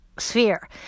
sphere